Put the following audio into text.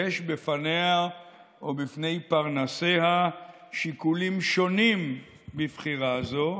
יש בפניה או בפני פרנסיה שיקולים שונים בבחירה זו.